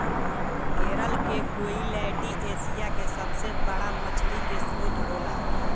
केरल के कोईलैण्डी एशिया के सबसे बड़ा मछली के स्त्रोत होला